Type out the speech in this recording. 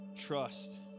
trust